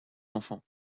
enfants